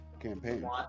campaign